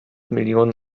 millionen